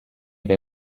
they